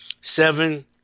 seven